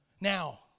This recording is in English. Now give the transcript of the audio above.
Now